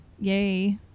yay